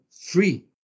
free